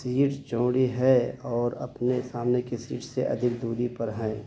seat चौड़ी है और अपने सामने की सीट से अधिक दूरी पर हैं